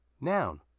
Noun